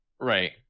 Right